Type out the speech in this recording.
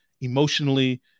emotionally